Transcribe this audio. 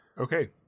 Okay